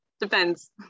Depends